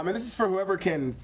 um this is for whoever can,